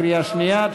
בקריאה שנייה,